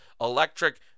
electric